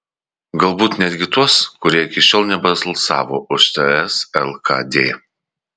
galbūt netgi tuos kurie iki šiol nebalsavo už ts lkd